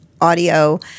audio